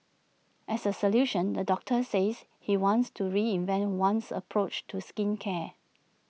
as A solution the doctor says he wants to reinvent one's approach to skincare